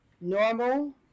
normal